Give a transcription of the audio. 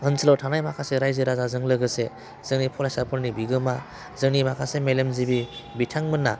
ओनसोलाव थानाय माखासे रायजो राजाजों लोगोसे जोंनि फरायसाफोरनि बिगोमा जोंनि माखासे मेलेमजिबि बिथांमोनहा